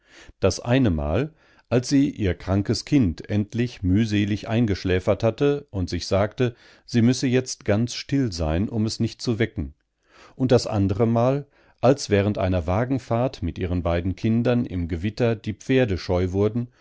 das eine mal als sie ihr krankes kind endlich mühselig eingeschläfert hatte und sich sagte sie müsse jetzt ganz still sein um es nicht zu wecken und das andere mal als während einer wagenfahrt mit ihren beiden kindern im gewitter die pferde scheu wurden